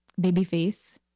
Babyface